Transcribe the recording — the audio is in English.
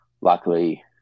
luckily